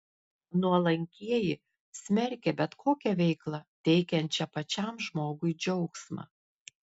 nuolankieji smerkė bet kokią veiklą teikiančią pačiam žmogui džiaugsmą